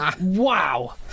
Wow